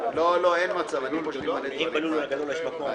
--- עד איפה הקראתם?